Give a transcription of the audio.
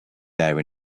there